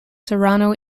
serrano